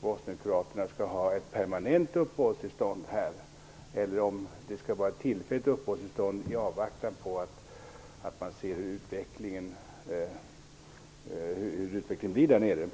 bosnienkroaterna skall ha ett permanent uppehållstillstånd här eller om det skall röra sig om ett tillfälligt uppehållstillstånd i avvaktan på att man ser hurdan utvecklingen blir där nere.